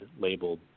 labeled